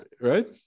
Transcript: Right